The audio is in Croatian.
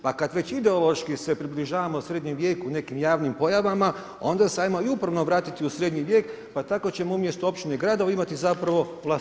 Pa kad već ideološki se približavamo srednjem vijeku, nekim javnim pojavama onda se hajmo i uporno vratiti u srednji vijek, pa tako ćemo umjesto općine i gradova imati zapravo vlastelinstva.